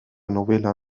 novela